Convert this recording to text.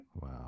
Wow